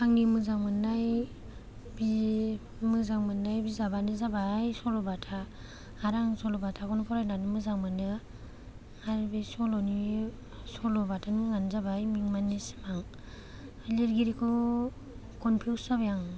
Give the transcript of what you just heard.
आंनि मोजां मोन्नाय बि मोजां मोन्नाय बिजाबानो जाबाय सल'बाथा आरो आं सल'बाथाखौनो फरायनानै मोजां मोनो आरो बे सल'नि सल'बाथानि मुङानो जाबाय मिमांनि सिमां लिरगिरिखौ कनफिउस जाबाय आं